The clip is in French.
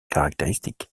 caractéristique